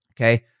Okay